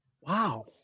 Wow